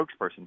spokesperson